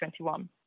2021